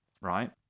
Right